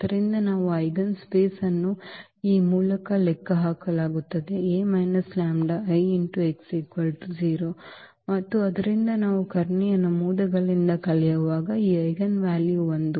ಆದ್ದರಿಂದ ಐಜೆನ್ಸ್ಪೇಸ್ ಅನ್ನು ಈ ಮೂಲಕ ಲೆಕ್ಕಹಾಕಲಾಗುತ್ತದೆ A λI x 0 ಮತ್ತು ಆದ್ದರಿಂದ ನಾವು ಕರ್ಣೀಯ ನಮೂದುಗಳಿಂದ ಕಳೆಯುವಾಗ ಈ ಐಜೆನ್ ವ್ಯಾಲ್ಯೂ 1